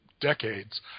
decades